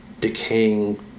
decaying